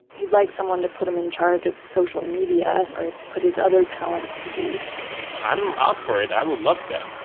he'd like someone to put him in charge of social media, or put his other talents to use i'm up for it. i would love that.